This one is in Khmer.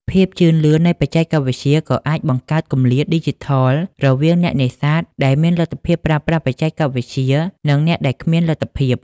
ភាពជឿនលឿននៃបច្ចេកវិទ្យាក៏អាចបង្កើតគម្លាតឌីជីថលរវាងអ្នកនេសាទដែលមានលទ្ធភាពប្រើប្រាស់បច្ចេកវិទ្យា និងអ្នកដែលគ្មានលទ្ធភាព។